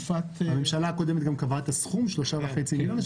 הממשלה הקודמת גם קבעה את הסכום, 3.5 מיליון?